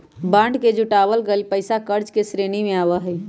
bond से जुटावल गइल पैसा कर्ज के श्रेणी में आवा हई